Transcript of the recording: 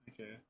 Okay